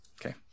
Okay